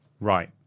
Right